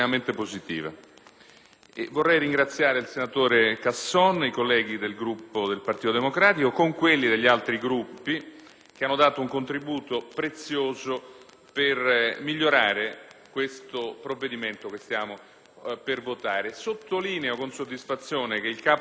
Vorrei ringraziare il senatore Casson, i colleghi del Gruppo del Partito Democratico e quelli degli altri Gruppi, che hanno dato un contributo prezioso per migliorare il provvedimento che stiamo per votare. Sottolineo con soddisfazione che il Capo IV,